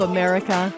America